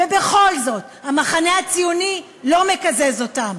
ובכל זאת, המחנה הציוני לא מקזז אותם.